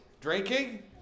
Drinking